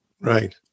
Right